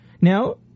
Now